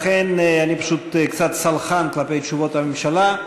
לכן אני פשוט קצת סלחן כלפי תשובות הממשלה.